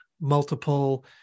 multiple